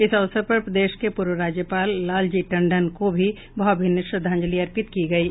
इस अवसर पर प्रदेश के पूर्व राज्यपाल लालजी टंडन को भी भावभीनी श्रद्धांजलि अर्पित की गयी